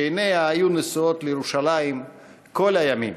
שעיניה היו נשואות לירושלים כל הימים.